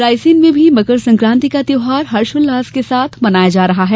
रायसेन में भी मकर संक्रान्ति का त्यौहार हर्ष उल्लास के साथ मनाया जा रहा है